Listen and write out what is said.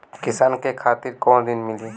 किसान के खातिर कौन ऋण मिली?